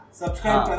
subscribe